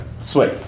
Sweet